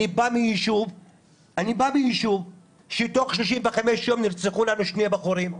אני בא מיישוב שתוך 25 יום נרצחו לנו שני בחורים.